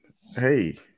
hey